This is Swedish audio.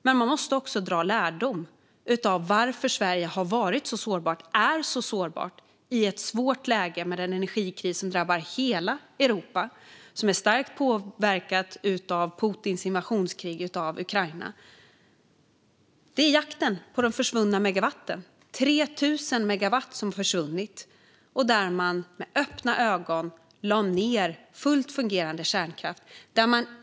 Men man måste också dra lärdom av varför Sverige har varit så sårbart i ett svårt läge med en energikris som drabbar hela Europa, som är starkt påverkat av Putins invasionskrig i Ukraina. Det här är jakten på de försvunna megawatten; 3 000 megawatt har försvunnit. Man har med öppna ögon lagt ned fullt fungerande kärnkraft.